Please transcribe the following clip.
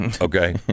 okay